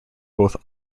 both